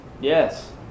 Yes